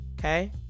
okay